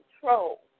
control